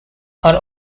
are